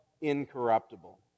incorruptible